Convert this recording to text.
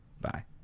bye